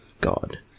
God